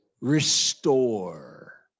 Restore